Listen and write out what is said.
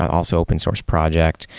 also open source project,